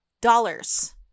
dollars